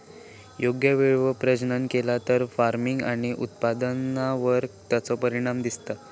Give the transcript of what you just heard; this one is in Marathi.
योग्य वेळेवर प्रजनन केला तर फार्मिग आणि उत्पादनावर तेचो परिणाम दिसता